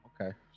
Okay